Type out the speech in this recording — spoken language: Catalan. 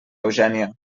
eugènia